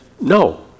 no